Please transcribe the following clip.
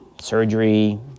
surgery